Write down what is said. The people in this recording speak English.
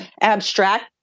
abstract